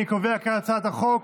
אני קובע כי הצעת החוק